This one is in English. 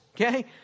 okay